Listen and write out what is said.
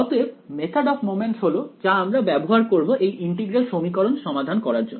অতএব method of moments হল যা আমরা ব্যবহার করব এই ইন্টিগ্রাল সমীকরণ সমাধান করার জন্য